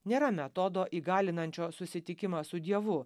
nėra metodo įgalinančio susitikimą su dievu